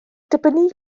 dibynnu